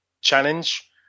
challenge